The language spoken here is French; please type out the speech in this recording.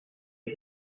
ont